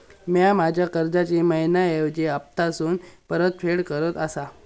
म्या माझ्या कर्जाची मैहिना ऐवजी हप्तासून परतफेड करत आसा